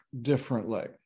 differently